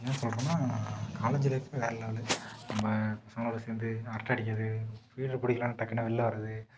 ஏன் சொல்கிறேன்னா college life வேற லெவலு நம்ம ஃப்ரெண்டோடு சேர்ந்து அரட்டை அடிக்கிறது பீரிட் பிடிக்கலன்னா டக்குன்னு வெளில் வர்றது